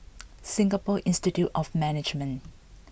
Singapore Institute of Management